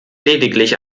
lediglich